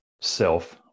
self